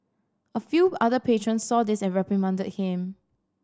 a few other patrons saw this and reprimanded him